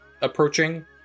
approaching